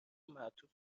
معطوف